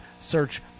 Search